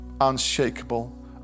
unshakable